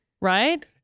Right